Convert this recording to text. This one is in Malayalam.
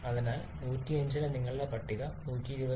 അതിനാൽ 105 ന് നിങ്ങളുടെ പട്ടിക 120